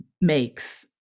makes